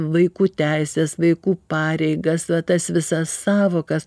vaikų teises vaikų pareigas va tas visas sąvokas